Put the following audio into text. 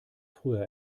früher